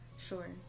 Sure